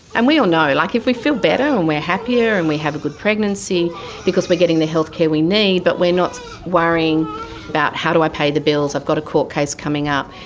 and we all know, like, if we feel better and we are happier and we have a good pregnancy because we are getting the healthcare we need but we are not worrying about how do i pay the bills, i've got a court case coming up,